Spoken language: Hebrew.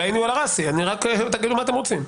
עלא עיני ועלא ראסי, רק תגידו מה אתם רוצים.